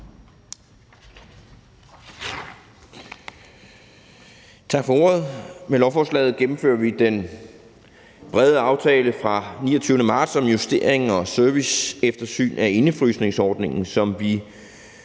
Tak for ordet. Med lovforslaget gennemfører vi den brede aftale fra den 29. marts om justering og serviceeftersyn af indefrysningsordningen, som vi